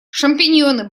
шампиньоны